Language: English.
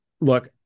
look